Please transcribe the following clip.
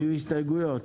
היו הסתייגויות?